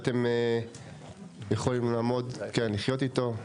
ושאתם יכולים לחיות איתו.